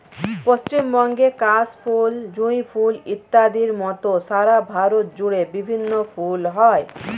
পশ্চিমবঙ্গের কাশ ফুল, জুঁই ফুল ইত্যাদির মত সারা ভারত জুড়ে বিভিন্ন ফুল হয়